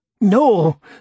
No